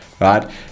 right